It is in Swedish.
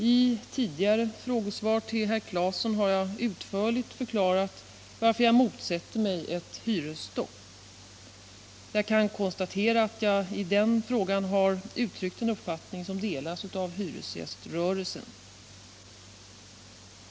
I tidigare frågesvar till herr Claeson har jag utförligt förklarat varför jag motsätter mig ett hyresstopp. Jag kan konstatera att jag i den frågan har uttryckt en uppfattning som delas av hyresgäströrelsen.